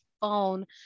phone